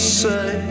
say